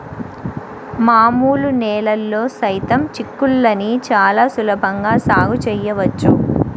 మామూలు నేలల్లో సైతం చిక్కుళ్ళని చాలా సులభంగా సాగు చేయవచ్చు